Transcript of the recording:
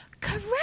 Correct